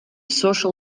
social